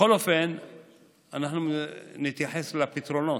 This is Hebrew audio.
בכל אופן נתייחס לפתרונות.